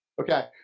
Okay